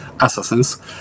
assassins